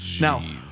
Now